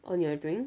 on your drink